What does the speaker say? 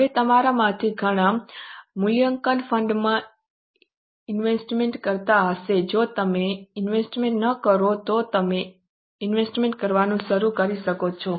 હવે તમારામાંથી ઘણા મ્યુચ્યુઅલ ફંડમાં ઇન્વેસ્ટમેન્ટ કરતા હશે જો તમે ઇન્વેસ્ટમેન્ટ ન કરો તો તમે ઇન્વેસ્ટમેન્ટ કરવાનું શરૂ કરી શકો છો